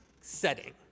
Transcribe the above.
setting